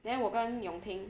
then 我跟 yong ting